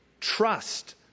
trust